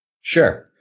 Sure